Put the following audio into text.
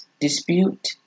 dispute